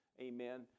Amen